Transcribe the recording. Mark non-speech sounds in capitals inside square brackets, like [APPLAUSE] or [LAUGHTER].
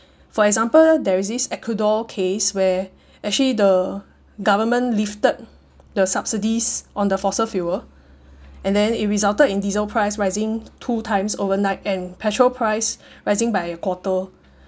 for example there is this ecuador case where actually the government lifted the subsidies on the fossil fuel and then it resulted in diesel price rising two times overnight and petrol price [BREATH] rising by a quarter